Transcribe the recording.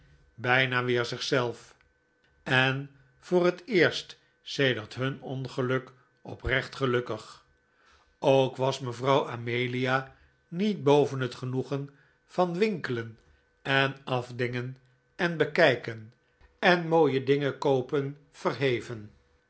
bijna weer zichzelf en voor het eerst sedert hun ongeluk oprecht gelukkig ook was mevrouw amelia niet boven het genoegen van winkelen en afdingen en bekijken en mooie dingen koopen verheven